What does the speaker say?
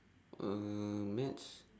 uh maths